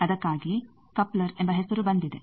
ಆದಕ್ಕಾಗಿಯೇ coupler ಎಂಬ ಹೆಸರು ಬಂದಿದೆ